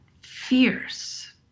fierce